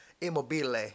Immobile